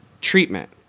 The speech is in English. treatment